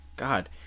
god